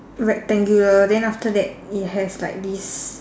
rectangular then after that it has like this